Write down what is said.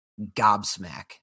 gobsmack